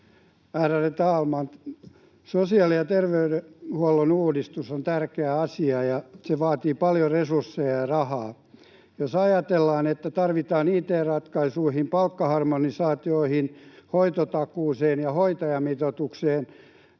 ärade talman! Sosiaali- ja terveydenhuollon uudistus on tärkeä asia, ja se vaatii paljon resursseja ja rahaa. Jos ajatellaan, että tarvitaan it-ratkaisuihin, palkkaharmonisaatioihin, hoitotakuuseen ja hoitajamitoitukseen